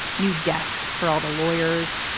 new desks for all the lawyers.